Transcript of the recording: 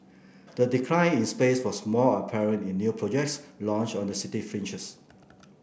the decline in space was most apparent in new projects launched on the city fringes